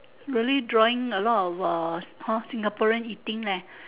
really drawing a lot of uh how Singaporean eating leh